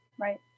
Right